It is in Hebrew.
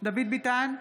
דוד ביטן,